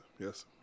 Yes